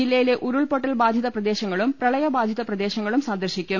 ജില്ലയിലെ ഉരുൾപൊട്ടൽ ബാധിത പ്രദേശങ്ങളും പ്രളയബാധിത പ്രദേശങ്ങളും സന്ദർശിക്കും